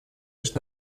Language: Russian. лишь